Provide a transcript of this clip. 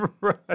Right